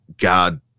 God